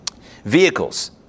vehicles